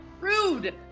Rude